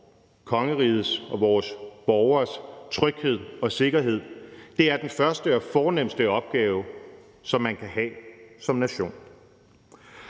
kongerigets, og vores borgeres tryghed og sikkerhed er den første og fornemste opgave, som man kan have som nation.